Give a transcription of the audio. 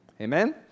Amen